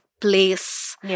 Place